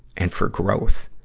and for growth.